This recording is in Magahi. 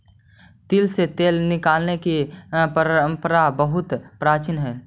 तिल से तेल निकालने की परंपरा बहुत प्राचीन हई